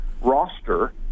roster